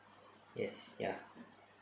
yes ya